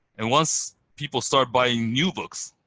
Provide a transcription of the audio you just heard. and once people start buying new books,